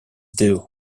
due